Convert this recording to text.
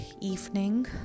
evening